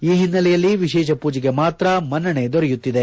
ಈ ಹಿನ್ನೆಲೆಯಲ್ಲಿ ವಿಶೇಷ ಪೂಜೆಗೆ ಮಾತ್ರ ಮನ್ನಣೆದೊರೆಯುತ್ತಿದೆ